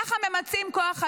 ככה ממצים כוח אדם?